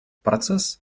процесс